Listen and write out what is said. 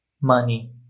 money